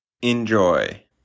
Enjoy